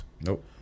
Nope